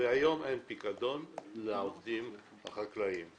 והיום אין פיקדון לעובדים החקלאים.